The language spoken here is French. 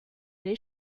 les